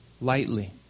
lightly